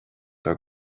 bhur